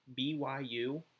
BYU